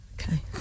okay